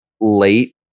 late